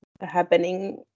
happening